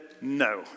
no